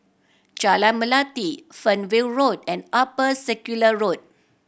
Jalan Melati Fernvale Road and Upper Circular Road